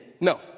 No